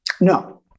No